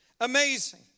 Amazing